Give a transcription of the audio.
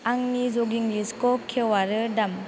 आंनि जगिं लिस्टखौ खेव आरो दाम